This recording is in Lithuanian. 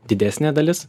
didesnė dalis